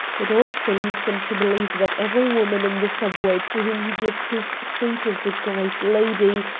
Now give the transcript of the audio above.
it also leads him to believe that every woman in the subway to whom he gives his seat is a great lady,